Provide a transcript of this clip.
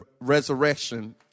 resurrection